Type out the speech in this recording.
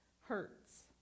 hurts